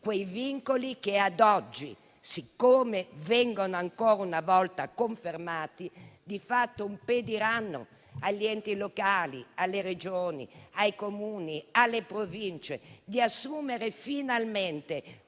quei vincoli che ad oggi, siccome vengono ancora una volta confermati, di fatto impediranno agli enti locali alle Regioni, ai Comuni, alle Province, di assumere finalmente